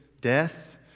death